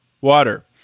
Water